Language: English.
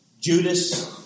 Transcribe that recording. Judas